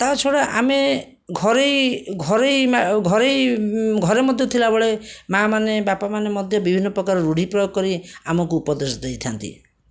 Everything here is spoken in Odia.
ତା' ଛଡ଼ା ଆମେ ଘରୋଇ ଘରୋଇ ଘରୋଇ ଘରେ ମଧ୍ୟ ଥିଲାବେଳେ ମା'ମାନେ ବାପାମାନେ ମଧ୍ୟ ବିଭିନ୍ନ ପ୍ରକାର ରୂଢ଼ି ପ୍ରୟୋଗ କରି ଆମକୁ ଉପଦେଶ ଦେଇଥାନ୍ତି